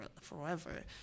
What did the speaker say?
forever